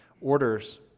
orders